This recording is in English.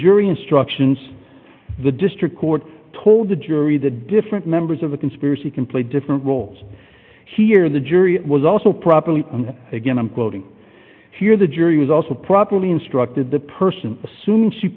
jury instructions the district court told the jury the different members of the conspiracy can play different roles here the jury was also properly and again i'm quoting here the jury was also properly instructed the person as